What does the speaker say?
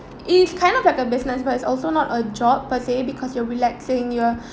it's kind of like a business but it's also not a job per se because you're relaxing you're